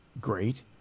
great